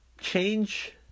Change